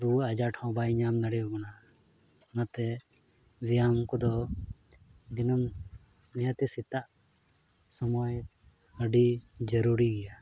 ᱨᱩᱣᱟᱹ ᱟᱡᱷᱟᱴ ᱦᱚᱸ ᱵᱟᱭ ᱧᱟᱢ ᱫᱟᱲᱮ ᱟᱵᱚᱱᱟ ᱚᱱᱟᱛᱮ ᱵᱮᱭᱟᱢ ᱠᱚᱫᱚ ᱫᱤᱱᱟᱹᱢ ᱱᱤᱦᱟᱹᱛ ᱥᱮᱛᱟᱜ ᱥᱚᱢᱚᱭ ᱟᱹᱰᱤ ᱡᱟᱹᱨᱩᱨᱤ ᱜᱮᱭᱟ